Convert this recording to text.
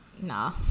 Nah